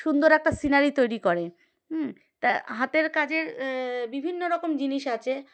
সুন্দর একটা সিনারি তৈরি করে হুম তা হাতের কাজের বিভিন্ন রকম জিনিস আছে